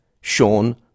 Sean